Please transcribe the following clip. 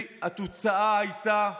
והתוצאה הייתה שאנחנו,